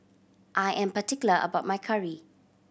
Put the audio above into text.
I am particular about my curry